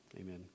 Amen